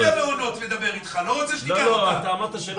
--- מעונות מדבר אתך, לא רוצה שתיקח אותם.